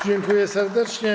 Dziękuję serdecznie.